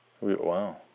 Wow